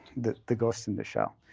the the ghost in the show.